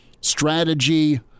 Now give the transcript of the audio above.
strategy